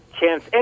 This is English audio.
chance